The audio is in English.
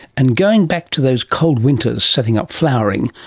and going back to those cold winters setting up flowering,